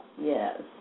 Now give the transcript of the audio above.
Yes